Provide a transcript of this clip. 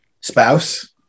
spouse